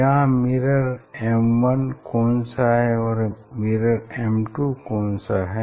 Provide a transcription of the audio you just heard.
यहाँ mirror M1 कौन सा है और मिरर M2 कौन सा है